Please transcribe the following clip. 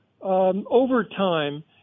overtime